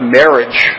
marriage